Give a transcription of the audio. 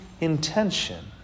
intention